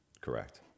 Correct